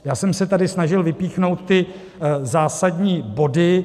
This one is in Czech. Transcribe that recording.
Já jsem se tady snažil vypíchnout ty zásadní body.